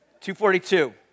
242